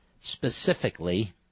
Specifically